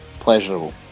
Pleasurable